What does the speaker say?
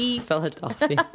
Philadelphia